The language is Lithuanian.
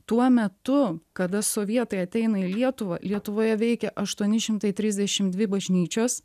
tuo metu kada sovietai ateina į lietuvą lietuvoje veikia aštuoni šimtai trisdešim dvi bažnyčios